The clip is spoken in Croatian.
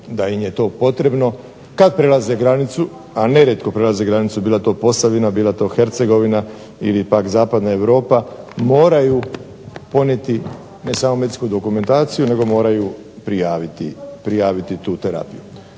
da im je to potrebno, kada prelaze granicu, a nerijektko prelaze granicu bila to Posavina bila to Hercegovina ili pak Zapadna Europa moraju ponijeti ne samo medicinsku dokumentaciju nego moraju prijaviti tu terapiju.